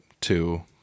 two